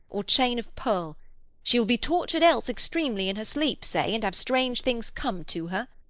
or chain of pearl she will be tortured else extremely in her sleep, say, and have strange things come to her.